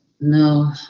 no